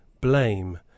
blame